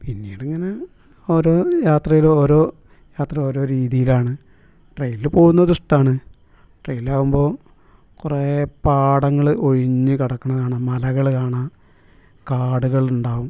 പിന്നീട് ഇങ്ങനെ ഓരോ യാത്രയിൽ ഓരോ യാത്ര ഓരോ രീതിയിലാണ് ട്രെയിനിൽ പോവുന്നത് ഇഷ്ടമാണ് ട്രെയിനിലാവുമ്പോൾ കുറേ പാടങ്ങൾ ഒഴിഞ്ഞ് കിടക്കുന്നത് കാണാം മലകൾ കാണാം കാടുകളുണ്ടാവും